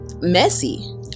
messy